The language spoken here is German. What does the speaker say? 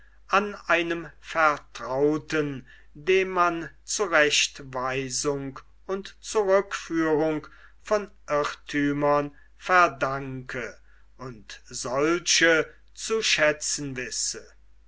an einem vertrauten dem man zurechtweisung und zurückführung von irrthümern verdanke und solche zu schätzen wisse